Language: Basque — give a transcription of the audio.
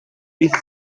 bizi